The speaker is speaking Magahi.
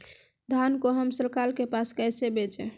धान को हम सरकार के पास कैसे बेंचे?